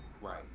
right